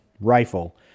rifle